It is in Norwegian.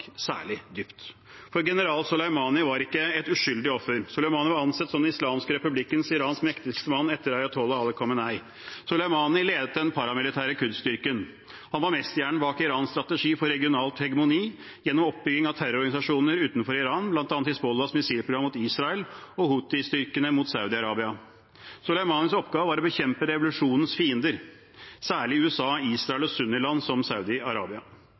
særlig dypt. For general Soleimani var ikke et uskyldig offer. Soleimani var ansett som den islamske republikken Irans mektigste mann etter ayatollah Ali Khamenei. Soleimani ledet den paramilitære Qud-styrken. Han var mesterhjernen bak Irans strategi for regionalt hegemoni gjennom oppbygging av terrororganisasjoner utenfor Iran, bl.a. Hizbollahs missilprogram mot Israel og Houthi-styrkene mot Saudi-Arabia. Soleimanis oppgave var å bekjempe revolusjonens fiender, særlig USA, Israel og sunni-land som